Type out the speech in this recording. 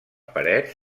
parets